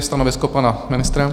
Stanovisko pana ministra?